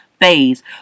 phase